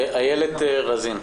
איילת רזין.